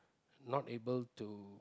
not able to